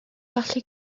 gallu